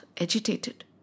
agitated